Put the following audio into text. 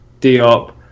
Diop